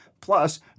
Plus